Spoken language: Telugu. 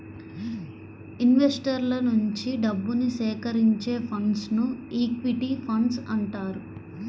ఇన్వెస్టర్ల నుంచి డబ్బుని సేకరించే ఫండ్స్ను ఈక్విటీ ఫండ్స్ అంటారు